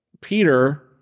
Peter